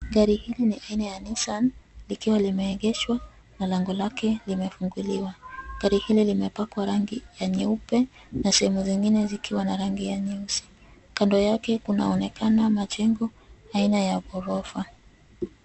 Gari hili ni aina ya Nissan likiwa limeegeshwa na lango lake limefunguliwa. Gari hili limepakwa rangi ya nyeupe na sehemu zingine zikiwa na rangi ya nyeusi. Kando yake kunaonekana majengo aina ya ghorofa.